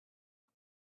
and